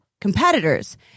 competitors